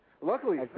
Luckily